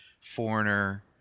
Foreigner